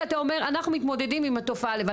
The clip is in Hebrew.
אתה אומר: אנחנו מתמודדים עם התופעה לבד.